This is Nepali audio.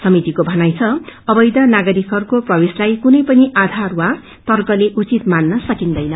समितिको भनाई छ अवैध ागरिकहरूको प्रवेशलाई केनै पनि आधार वा तर्कले उचित मान्न सकिन्दैन्